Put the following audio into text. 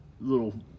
little